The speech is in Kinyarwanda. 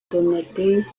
donadei